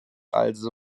also